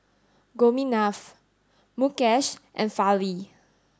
Gopinath Mukesh and Fali